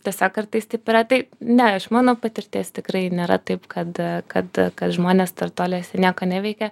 tiesiog kartais taip yra tai ne iš mano patirties tikrai nėra taip kad kad kad žmonės startuoliuose nieko neveikia